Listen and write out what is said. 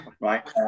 Right